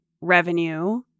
revenue